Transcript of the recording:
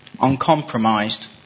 uncompromised